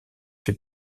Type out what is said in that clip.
fait